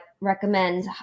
recommend